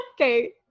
Okay